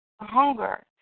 hunger